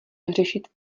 řešit